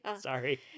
Sorry